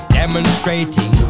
demonstrating